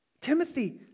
Timothy